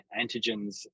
antigens